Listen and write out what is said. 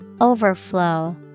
Overflow